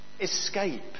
escape